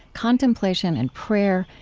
contemplation and prayer,